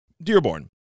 Dearborn